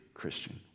Christian